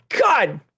God